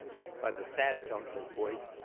by the sad tone of his voice,